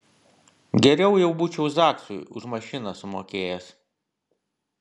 geriau jau būčiau zaksui už mašiną sumokėjęs